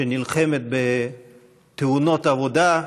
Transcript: שנלחמת בתאונות עבודה,